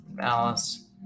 Alice